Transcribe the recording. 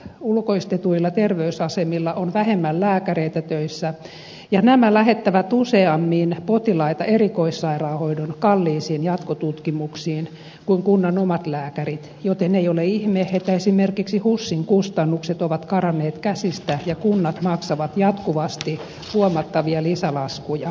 ulkoistetuilla terveysasemilla on vähemmän lääkäreitä töissä ja nämä lähettävät useammin potilaita erikoissairaanhoidon kalliisiin jatkotutkimuksiin kuin kunnan omat lääkärit joten ei ole ihme että esimerkiksi husin kustannukset ovat karanneet käsistä ja kunnat maksavat jatkuvasti huomattavia lisälaskuja